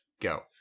go